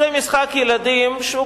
משחק הילדים שכולנו היינו עדים לו הלילה,